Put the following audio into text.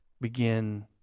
begin